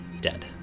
dead